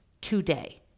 today